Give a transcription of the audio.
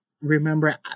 remember